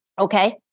okay